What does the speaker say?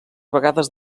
vegades